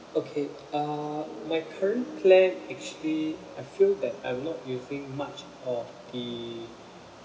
okay uh my current plan actually I feel that I'm not using much of the